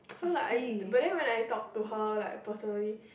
so like I but then I talk to her like personally